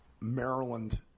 Maryland